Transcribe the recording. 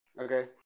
Okay